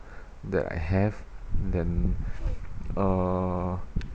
that I have then uh